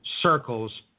circles